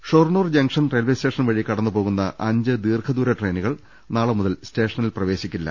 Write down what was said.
Shoranur junction railway station വഴി കടന്നു പോകുന്ന അഞ്ച് ദീർഘദൂര ട്രെയിനുകൾ നാളെ മുതൽ സ്റ്റേഷനിൽ പ്രവേ ശിക്കില്ല